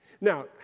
Now